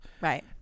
Right